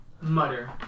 mutter